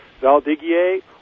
Valdigier